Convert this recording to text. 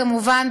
כמובן,